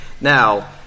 Now